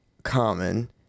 common